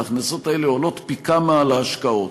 וההכנסות האלה עולות פי כמה על ההשקעות.